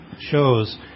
shows